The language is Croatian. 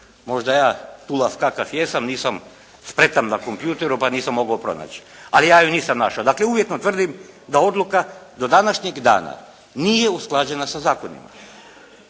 možda ja tulav kakav jesam nisam spretan na kompjutoru pa nisam mogao pronaći. Ali ja je nisam našao. Dakle, uvjetno tvrdim da odluka do današnjeg dana nije usklađena za zakonima.